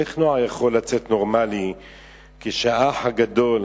איך נוער יכול לצאת נורמלי כש'האח הגדול',